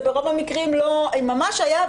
זה ברוב המקרים לא ושוב,